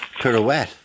pirouette